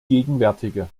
gegenwärtige